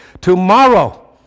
Tomorrow